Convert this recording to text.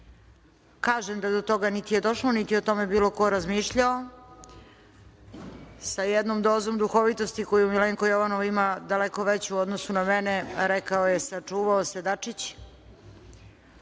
kažem da do toga niti je došlo, niti je o tome bilo ko razmišljao, sa jednom dozom duhovitosti koju Milenko Jovanov ima, daleko veću u odnosu na mene, rekao je – sačuvao se Dačić.